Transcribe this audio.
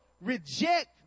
reject